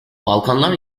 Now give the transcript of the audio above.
balkanlar